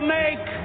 make